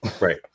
Right